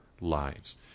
lives